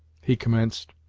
he commenced,